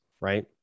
right